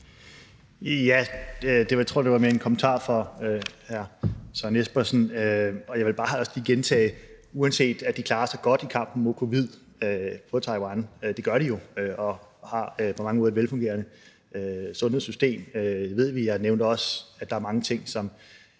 Jeg tror, det var mere en kommentar fra hr. Søren Espersen. Jeg vil bare også lige gentage, at uanset Taiwan klarer sig godt i kampen mod covid, og det gør de jo, og de har på mange måder et velfungerende sundhedssystem, ved vi – jeg nævnte også, at der er mange ting, som